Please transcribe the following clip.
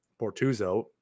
Portuzo